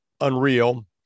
unreal